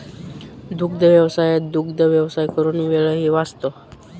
दुग्धव्यवसायात दुग्धव्यवसाय करून वेळही वाचतो